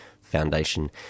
Foundation